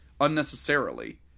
unnecessarily